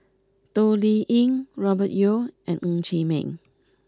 Toh Liying Robert Yeo and Ng Chee Meng